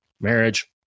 marriage